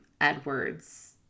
Edwards